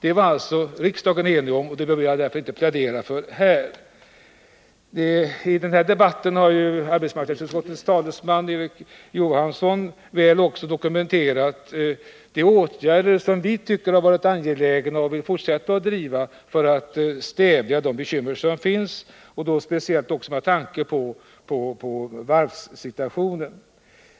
I den här debatten har också arbetsmarknadsutskottets talesman Erik Johansson väl redovisat de åtgärder som vi tycker är angelägna och som vi vill fortsätta att driva för att stävja de bekymmer som finns, och då tänker jag också på varvssituationen.